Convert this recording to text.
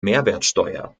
mehrwertsteuer